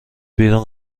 بیرون